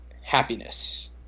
happiness